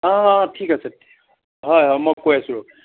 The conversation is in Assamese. অঁ অঁ ঠিক আছে মই কৈ আছোঁ